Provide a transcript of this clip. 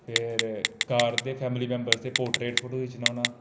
फिर घर दे फैमिली मैम्बर दे फोटो खिच्चना होन्नां